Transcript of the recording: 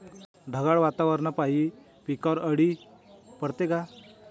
ढगाळ वातावरनापाई पिकावर अळी पडते का?